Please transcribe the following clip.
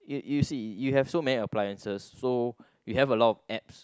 you you see you have so many appliances so you have a lot of apps